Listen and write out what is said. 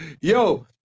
Yo